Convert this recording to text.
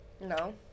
No